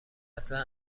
اصلا